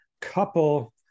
couple